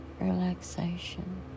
relaxation